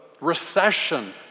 recession